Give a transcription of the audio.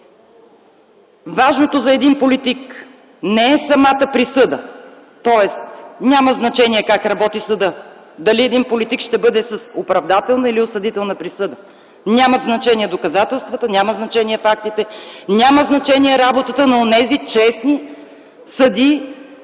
„Важното за политик не е самата присъда, тоест няма значение как работи съдът – дали един политик ще бъде с оправдателна или осъдителна присъда.” Нямат значение доказателствата, нямат значение фактите, няма значение работата на онези честни съдии,